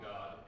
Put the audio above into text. God